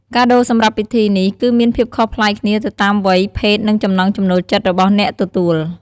កាដូសម្រាប់ពិធីនេះ គឺមានភាពខុសប្លែកគ្នាទៅតាមវ័យ ភេទ និងចំណង់ចំណូលចិត្តរបស់អ្នកទទួល។